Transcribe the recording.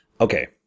Okay